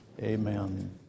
Amen